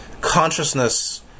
consciousness